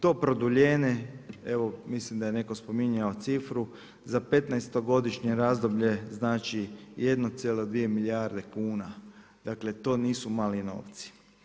To produljenje evo mislim da je neko spominjao cifru za petnaestogodišnje razdoblje znači 1,2 milijarde kuna, dakle to nisu mali novci.